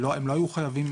הם לא היו חייבים,